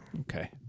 Okay